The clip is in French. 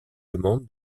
demande